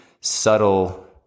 subtle